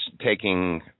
taking